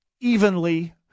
Evenly